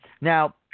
Now